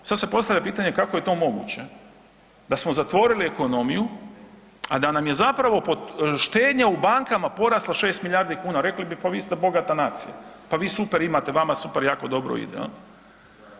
Sad se postavlja pitanje, kako je to moguće, da smo zatvorili ekonomiju, a da nam je zapravo štednja u bankama porasla 6 milijardi kuna, rekli bi pa vi ste bogata nacija, pa vi super imate, vama super jako dobro ide, je l'